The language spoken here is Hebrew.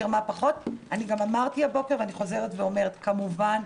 אני מזכיר לכולם,